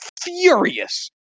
furious